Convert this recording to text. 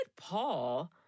Paul